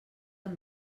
amb